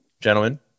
gentlemen